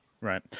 right